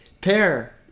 pair